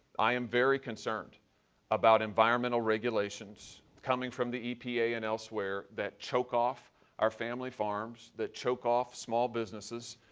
i am very concerned about environmental regulations coming from the epa and elsewhere that choke off our family farms, that choke off small businesses.